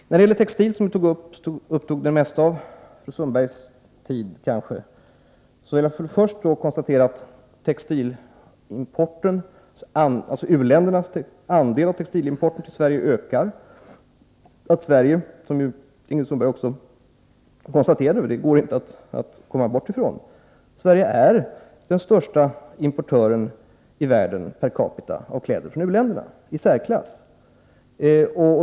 När det gäller textil, som tog upp kanske det mesta av Ingrid Sundbergs tid, vill jag börja med att konstatera att u-ländernas andel av textilimporten till Sverige ökar och att Sverige — som Ingrid Sundberg också konstaterade och Nr 66 som inte går att komma bort ifrån — är den i särklass största importören i världen, per capita, av kläder från u-länderna.